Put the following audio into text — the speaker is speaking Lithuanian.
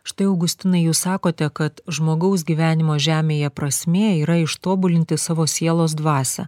štai augustinai jūs sakote kad žmogaus gyvenimo žemėje prasmė yra ištobulinti savo sielos dvasią